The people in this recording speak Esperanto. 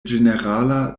ĝenerala